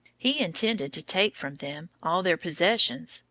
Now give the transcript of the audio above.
he intended to take from them all their possessions,